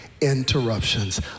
interruptions